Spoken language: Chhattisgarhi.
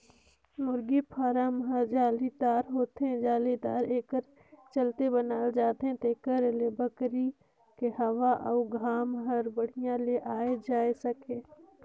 मुरगी फारम ह जालीदार होथे, जालीदार एकर चलते बनाल जाथे जेकर ले बहरी के हवा अउ घाम हर बड़िहा ले आये जाए सके